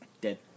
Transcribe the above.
Dead